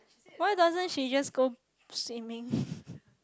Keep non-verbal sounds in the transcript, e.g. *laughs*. why doesn't she just go swimming *laughs*